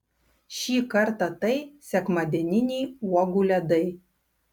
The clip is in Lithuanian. šį kartą tai sekmadieniniai uogų ledai